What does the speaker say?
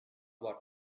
what